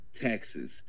taxes